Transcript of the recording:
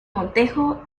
montejo